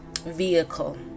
vehicle